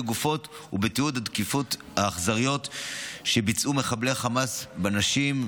הגופות ובתיעוד התקיפות האכזריות שביצעו מחבלי החמאס בנשים,